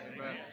Amen